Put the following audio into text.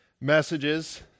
messages